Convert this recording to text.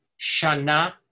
shana